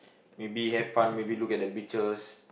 maybe have fun maybe look at the beaches